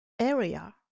area